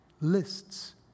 lists